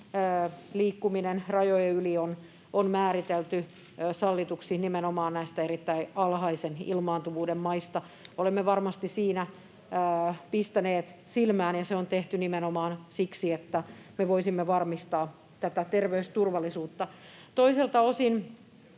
liikkuminen rajojen yli on määritelty sallituksi nimenomaan näistä erittäin alhaisen ilmaantuvuuden maista. Olemme varmasti siinä pistäneet silmään, ja se on tehty nimenomaan siksi, että me voisimme varmistaa tätä terveysturvallisuutta. Toiselta osin